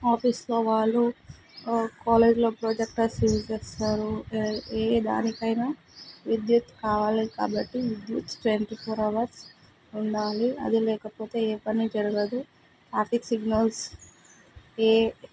ఆఫీసులో వాళ్ళు కాలేజీలో ప్రొజెక్టర్స్ యూజ్ చేస్తారు ఏ దానికైనా విద్యుత్తు కావాలి కాబట్టి విద్యుత్తు ట్వంటీ ఫోర్ అవర్స్ ఉండాలి అది లేకపోతే ఏ పని జరగదు ట్రాఫిక్ సిగ్నల్స్ ఏ